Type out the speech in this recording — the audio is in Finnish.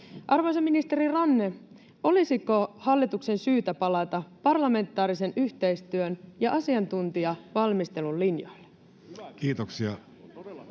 Arvoisa ministeri Ranne, olisiko hallituksen syytä palata parlamentaarisen yhteistyön ja asiantuntijavalmistelun linjoille? [Speech